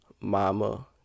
mama